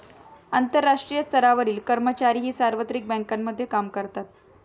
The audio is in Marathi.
आंतरराष्ट्रीय स्तरावरील कर्मचारीही सार्वत्रिक बँकांमध्ये काम करतात